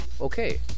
Okay